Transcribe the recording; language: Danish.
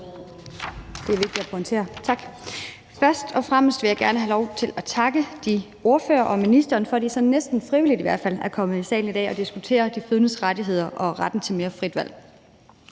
(V): Tak for ordet. Først og fremmest vil jeg gerne have lov til at takke ordførerneog ministeren for, at de i hvert fald næsten frivilligt er kommet i salen i dag for at diskutere de fødendes rettigheder og retten til mere frit valg.